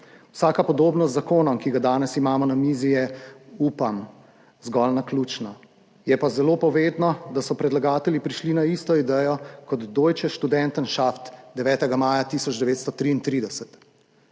Vsaka podobnost z zakonom, ki ga imamo danes na mizi, je, upam, zgolj naključna, je pa zelo povedno, da so predlagatelji prišli na isto idejo kot Deutsche Studentenschaft 9. maja 1933.